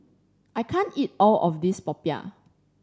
I can't eat all of this popiah